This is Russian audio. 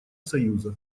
союза